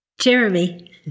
Jeremy